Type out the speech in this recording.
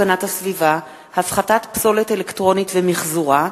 הצעת חוק הגנת הסביבה (הפחתת פסולת אלקטרונית ומיחזורה),